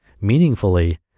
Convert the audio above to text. meaningfully